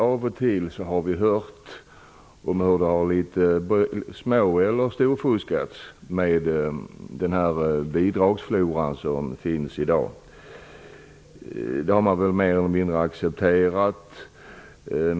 Av och till har vi kunnat höra om hur det har småeller storfuskats bland den bidragsflora som finns i dag, vilket mer eller mindre har accepterats.